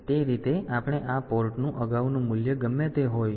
તેથી તે રીતે આપણે આ port નું અગાઉનું મૂલ્ય ગમે તે હોઈએ